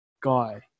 guy